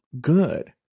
good